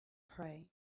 pray